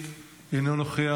אינו נוכח,